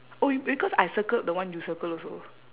oh you because I circled the one you circle also